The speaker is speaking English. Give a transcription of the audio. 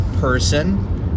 person